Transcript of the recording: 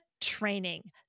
training